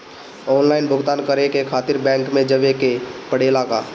Online भुगतान करे के खातिर बैंक मे जवे के पड़ेला का?